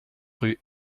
rue